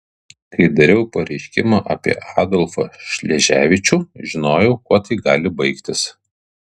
kai dariau pareiškimą apie adolfą šleževičių žinojau kuo tai gali baigtis